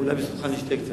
אולי בזכותך אני אשתה קצת.